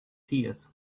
tears